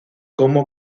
como